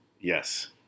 Yes